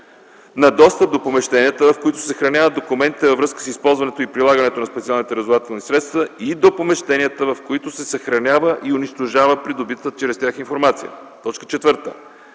на достъп до помещенията, в които се съхраняват документите във връзка с използването и прилагането на специални разузнавателни средства, и до помещенията, в които се съхранява и унищожава придобитата чрез тях информация; 4. да прави